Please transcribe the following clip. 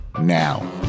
now